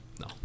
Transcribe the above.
no